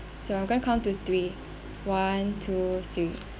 so I'm going to count to three one two three